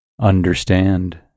Understand